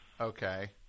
Okay